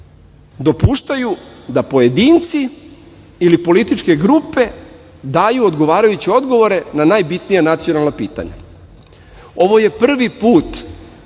dopuštaju da pojedinci ili političke grupe daju odgovarajuće odgovore na najbitnija nacionalna pitanja. Ovo je prvi put